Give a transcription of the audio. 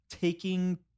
taking